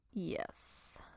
Yes